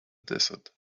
desert